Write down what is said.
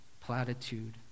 platitude